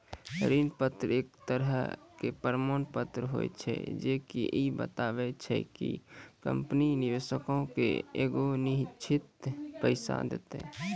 ऋण पत्र एक तरहो के प्रमाण पत्र होय छै जे की इ बताबै छै कि कंपनी निवेशको के एगो निश्चित पैसा देतै